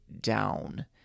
down